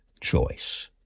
choice